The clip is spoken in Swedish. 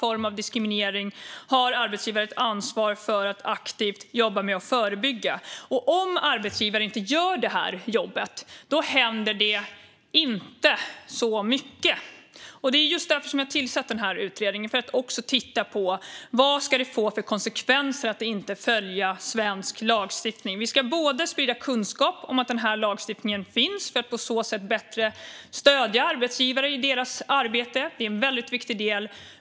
Om arbetsgivaren inte gör detta jobb händer det inte särskilt mycket. Just därför har jag tillsatt denna utredning, som bland annat ska titta på vad det ska få för konsekvenser att inte följa svensk lagstiftning. Vi ska sprida kunskap om att denna lagstiftning finns, för att på så sätt bättre stödja arbetsgivare i deras arbete. Det är en viktig del.